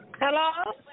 Hello